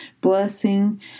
blessing